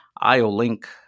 IO-Link